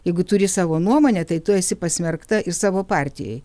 jeigu turi savo nuomonę tai tu esi pasmerkta ir savo partijai